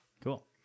cool